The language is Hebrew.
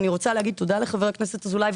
אני רוצה להגיד תודה לחבר הכנסת אזולאי,